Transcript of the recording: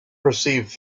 perceived